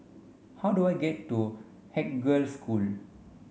how do I get to Haig Girls' School